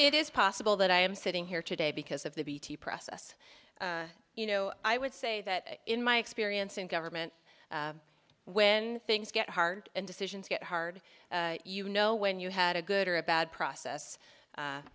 it is possible that i am sitting here today because of the beattie process you know i would say that in my experience in government when things get hard and decisions get hard you know when you had a good or a bad process